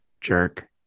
jerk